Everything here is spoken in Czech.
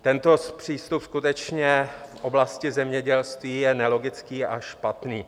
Tento přístup skutečně v oblasti zemědělství je nelogický a špatný.